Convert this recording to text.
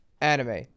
anime